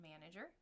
manager